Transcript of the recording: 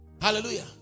Hallelujah